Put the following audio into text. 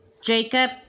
Jacob